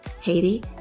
Haiti